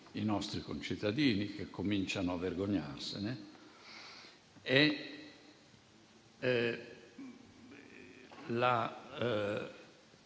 i nostri concittadini e che comincino a vergognarsene,